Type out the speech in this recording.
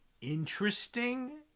interesting